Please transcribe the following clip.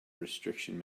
restriction